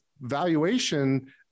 valuation